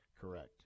Correct